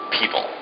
People